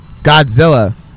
Godzilla